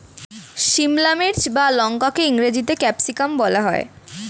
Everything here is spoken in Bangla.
সিমলা মির্চ বা লঙ্কাকে ইংরেজিতে ক্যাপসিকাম বলা হয়